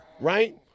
right